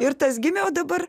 ir tas gimė o dabar